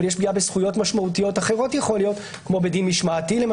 יש פגיעה בזכויות משמעותיות אחרות אולי כמו בדין משמעתי.